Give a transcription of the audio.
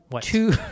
two